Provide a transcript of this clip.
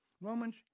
Romans